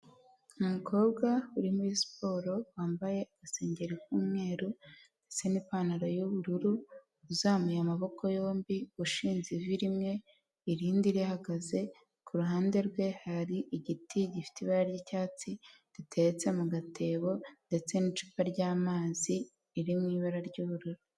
Umukobwa uri muri siporo; wambaye agasengeri k'umweru ndetse n'ipantaro y'ubururu, uzamuye amaboko yombi, ushinze ivi rimwe irindi rihagaze, ku ruhande rwe hari igiti gifite ibara ry'icyatsi giteretse mu gatebo, ndetse n'icupa ry'amazi riri mu ibara ry'ubururu.